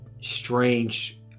Strange